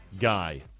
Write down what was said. guy